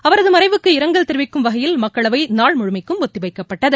அவரது மறைவுக்கு இரங்கல் தெரிவிக்கும் வகையில் மக்களவை நாள் முழுமைக்கும் ஒத்திவைக்கப்பட்டது